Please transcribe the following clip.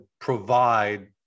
provide